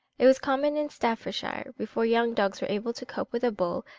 it was common in staffordshire, before young dogs were able to cope with a bull,